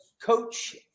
Coach